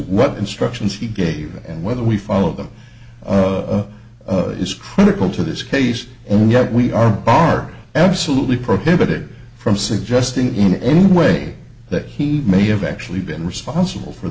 what instructions he gave and whether we follow them is critical to this case only that we are are absolutely prohibited from suggesting in any way that he may have actually been responsible for